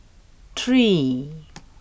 three